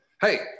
hey